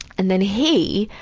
and then he,